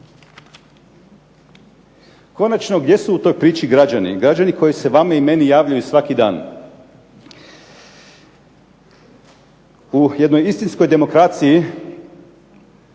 Konačno gdje su u toj priči građani, građani koji se vama i meni javljaju svaki dan. U jednoj istinskoj demokraciji